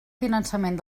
finançament